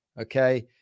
okay